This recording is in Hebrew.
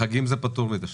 בחגים זה פטור מתשלום.